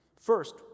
First